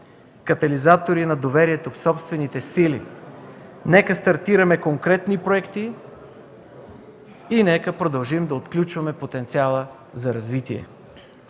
катализатори на доверието в собствените сили. Нека стартираме конкретни проекти и нека продължим да отключваме потенциала за развитие.